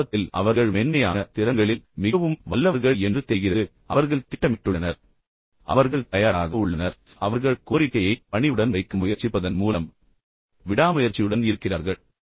இப்போது ஆரம்பத்தில் அவர்கள் மென்மையான திறன்களில் மிகவும் வல்லவர்கள் என்று தெரிகிறது அவர்கள் திட்டமிட்டுள்ளனர் அவர்கள் தயாராக உள்ளனர் அவர்கள் ஒரு நல்ல முறையில் வழங்குகிறார்கள் அவர்கள் கோரிக்கையை பணிவுடன் வைக்க முயற்சிப்பதன் மூலம் விடாமுயற்சியுடன் இருக்கிறார்கள்